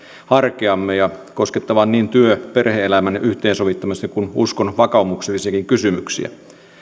arkeamme ja koskettavat niin työn ja perhe elämän yhteensovittamista kuin vakaumuksellisiakin kysymyksiä